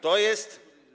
To jest.